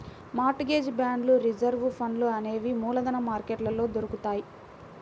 mart gauge బాండ్లు reserve ఫండ్లు అనేవి మూలధన మార్కెట్లో దొరుకుతాయ్